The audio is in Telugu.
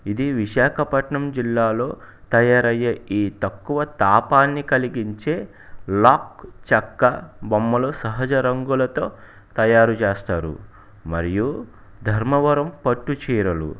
ఇది విశాఖపట్నం జిల్లాలో తయారయ్యే ఈ తక్కువ తాపాన్ని కలిగించే ల్యాక్ చెక్క బొమ్మలు సహజ రంగులతో తయారు చేస్తారు మరియు ధర్మవరం పట్టు చీరలు